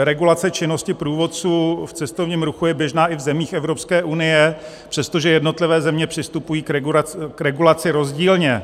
Regulace činnosti průvodců v cestovním ruchu je běžná i v zemích Evropské unie, přestože jednotlivé země přistupují k regulaci rozdílně.